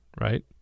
right